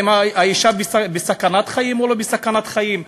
האם האישה בסכנת חיים או לא בסכנת חיים,